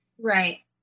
Right